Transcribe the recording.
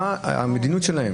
מה המדיניות שלהם?